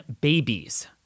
babies